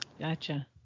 Gotcha